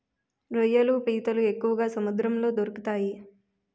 రొయ్యలు పీతలు ఎక్కువగా సముద్రంలో దొరుకుతాయి